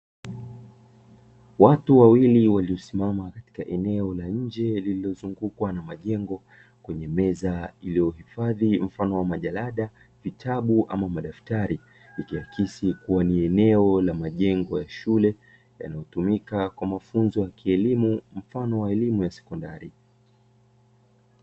Watu wawili waliosimama katika eneo la nje lililozungukwa na majengo, kwenye meza iliyohifadhi mfano wa majalada, vitabu ama madaftari, ikiakisi kuwa ni eneo la majengo ya shule yanayotumika kwa mafunzo ya kielimu (mfano wa elimu ya sekondari).